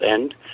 end